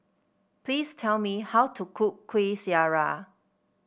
please tell me how to cook Kueh Syara